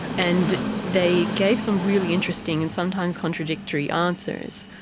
and they gave some really interesting and sometimes contradictory answers.